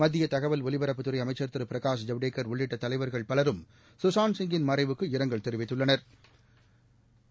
மத்திய தகவல் ஒலிபரப்புத்துறை அமைச்சா் திரு பிரகாஷ் ஜவடேக்கா் உள்ளிட்ட தலைவா்கள் பலரும் சுஷாந்த் சிங்கின் மறைவுக்கு இரங்கல் தெரிவித்துள்ளனா்